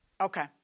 Okay